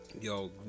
Yo